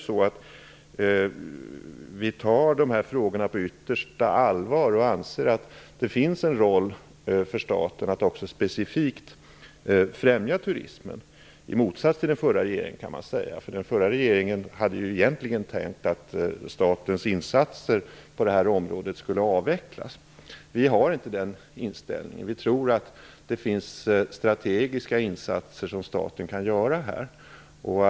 Vi tar dessa frågor på yttersta allvar och anser att det finns en roll för staten att specifikt främja turismen, detta i motsats till den förra regeringen, kan man säga. Den förra regeringen hade ju egentligen tänkt att statens insatser på detta område skulle avvecklas. Vi har inte den inställningen utan tror att staten kan göra strategiska insatser här.